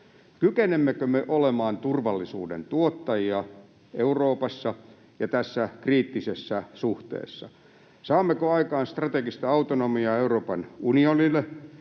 Kykenemmekö me olemaan turvallisuuden tuottajia Euroopassa ja tässä kriittisessä suhteessa? Saammeko aikaan strategista autonomiaa Euroopan unionille